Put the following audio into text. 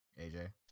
AJ